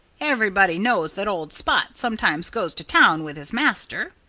everybody knows that old spot sometimes goes to town with his master.